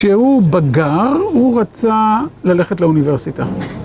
כשהוא בגר הוא רצה ללכת לאוניברסיטה.